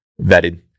vetted